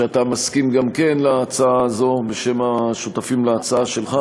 שאתה מסכים גם כן להצעה הזו בשם השותפים להצעה שלך.